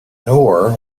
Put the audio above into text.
nor